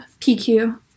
PQ